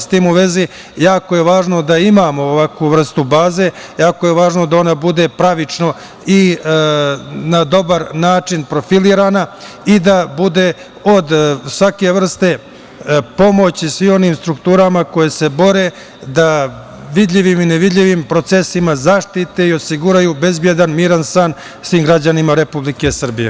S tim u vezi, jako je važno da imamo ovakvu vrstu baze, jako je važno da ona bude pravično i na dobar način profilirana i da bude od svake vrste pomoći svim onim strukturama koje se bore da vidljivim i nevidljivim procesima zaštite i osiguraju bezbedan, miran san svim građanima Republike Srbije.